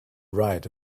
write